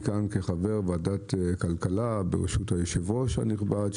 כחבר ועדת כלכלה בראשות היושב-ראש הנכבד,